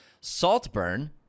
Saltburn